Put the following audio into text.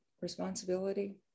Responsibility